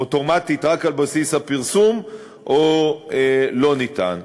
אוטומטית רק על בסיס הפרסום או שלא ניתן.